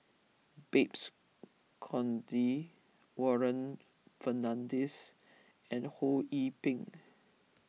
Babes Conde Warren Fernandez and Ho Yee Ping